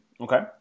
Okay